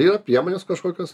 yra priemonės kažkokios